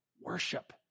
worship